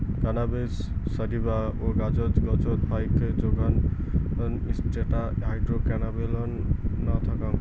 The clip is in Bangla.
ক্যানাবিস স্যাটিভা বা গাঁজার গছত ফাইক জোখন টেট্রাহাইড্রোক্যানাবিনোল না থাকং